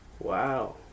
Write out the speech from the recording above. wow